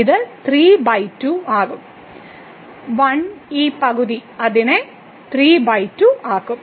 ഇത് 3 ബൈ 2 ആകും 1 ഈ പകുതി അതിനെ 32 ആക്കും